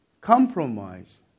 compromise